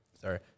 Sorry